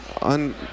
on